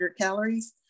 calories